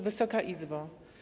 Wysoka Izbo!